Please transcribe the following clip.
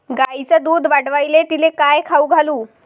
गायीचं दुध वाढवायले तिले काय खाऊ घालू?